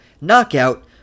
knockout